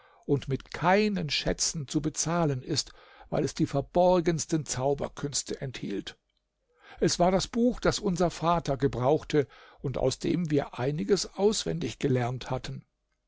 und mit keinen schätzen zu bezahlen ist weil es die verborgensten zauberkünste enthielt es war das buch das unser vater gebrauchte und aus dem wir einiges auswendig gelernt hatten